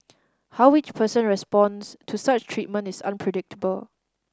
how each person responds to such treatment is unpredictable